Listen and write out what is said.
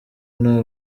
nta